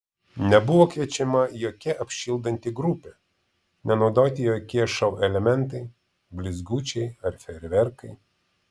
nebuvo kviečiama jokia apšildanti grupė nenaudoti jokie šou elementai blizgučiai ar fejerverkai